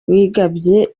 wigambye